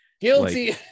Guilty